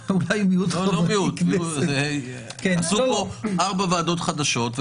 כנסת --- ייצרו פה 4 ועדות חדשות,